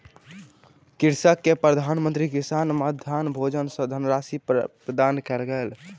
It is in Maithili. कृषक के प्रधान मंत्री किसान मानधन योजना सॅ धनराशि प्रदान कयल गेल